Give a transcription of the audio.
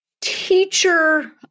teacher